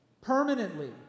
Permanently